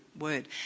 word